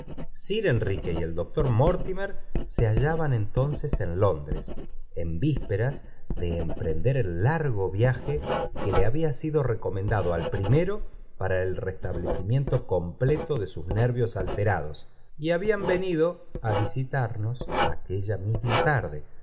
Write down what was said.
sir enrique y el doctor mortime r sr hallaban ontonces en londres en víupi'ios d emprender el largo viaje que le había sido recomendado al primero para el restablecimiento completo de sus nervios alterados y habían venido á visitarnos aquella misma tarde